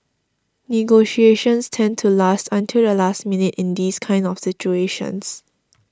negotiations tend to last until the last minute in these kind of situations